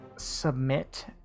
submit